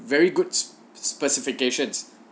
very goods specifications